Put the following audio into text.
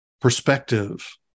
perspective